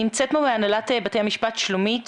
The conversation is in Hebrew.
נמצאת פה מהנהלת בתי המשפט, שלומית.